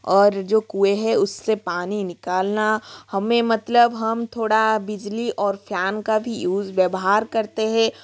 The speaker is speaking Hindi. और जो कुए हे उस से पानी निकालना हमें मतलब हम थोड़ा बिजली और फैन का भी यूज़ व्यवहार करते हैं